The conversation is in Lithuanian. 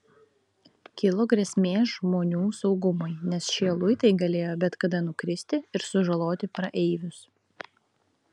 kilo grėsmė žmonių saugumui nes šie luitai galėjo bet kada nukristi ir sužaloti praeivius